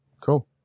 cool